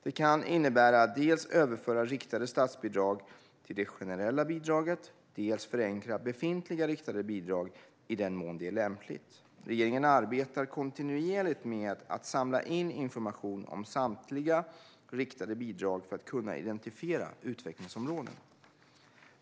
Det kan innebära att dels överföra riktade statsbidrag till det generella bidraget, dels förenkla befintliga riktade bidrag i den mån det är lämpligt. Regeringen arbetar kontinuerligt med att samla in information om samtliga riktade bidrag för att identifiera utvecklingsområden.